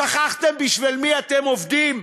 שכחתם בשביל מי אתם עובדים?